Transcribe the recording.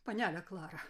panele klara